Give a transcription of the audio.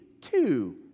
Two